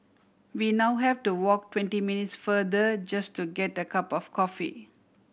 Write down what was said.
we now have to walk twenty minutes farther just to get a cup of coffee